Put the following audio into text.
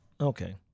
Okay